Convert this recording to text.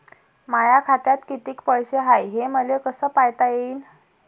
माया खात्यात कितीक पैसे हाय, हे मले कस पायता येईन?